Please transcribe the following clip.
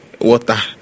water